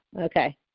okay